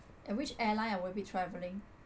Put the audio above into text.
and which airline I will be travelling